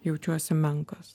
jaučiuosi menkas